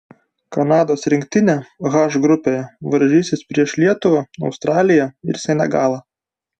kanados rinktinė h grupėje varžysis prieš lietuvą australiją ir senegalą